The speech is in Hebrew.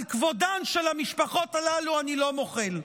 על כבודן של המשפחות הללו אני לא מוחל,